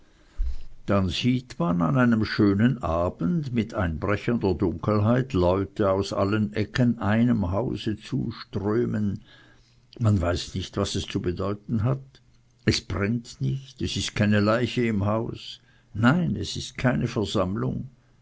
dann sieht man an einem schönen abend mit einbrechender dunkelheit leute aus allen ecken einem hause zuströmen man weiß nicht was das zu bedeuten hat es brennt nicht es ist keine leiche im hause nein es ist eine versammlung